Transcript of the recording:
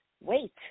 Wait